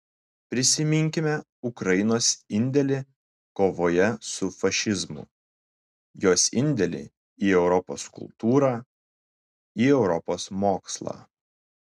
prisiminkime ukrainos indėlį kovoje su fašizmu jos indėlį į europos kultūrą į europos mokslą